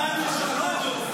שמענו,